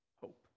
hope